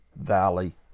valley